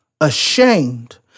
ashamed